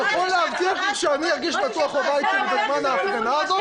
להבטיח לי שאני ארגיש בטוח בבית בזמן ההפגנה הזאת?